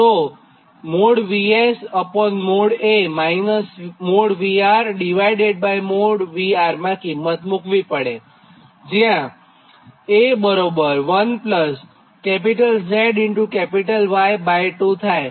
તો|VS| A |VR||VR| માં કિંમત મુક્વી પડે જ્યાં A1ZY2 થાય